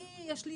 יש לי,